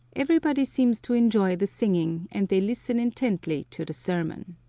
everybody seems to enjoy the singing, and they listen intently to the sermon.